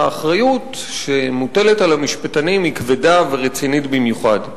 האחריות שמוטלת על המשפטנים היא כבדה ורצינית במיוחד.